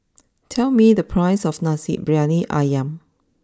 tell me the price of Nasi Briyani Ayam